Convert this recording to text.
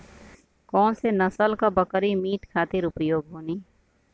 कौन से नसल क बकरी मीट खातिर उपयोग होली?